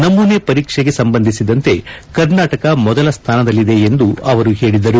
ನಮೂನೆ ಪರೀಕ್ಷೆಗೆ ಸಂಬಂಧಿಸಿದಂತೆ ಕರ್ನಾಟಕ ಮೊದಲ ಸ್ಥಾನದಲ್ಲಿದೆ ಎಂದು ಹೇಳಿದರು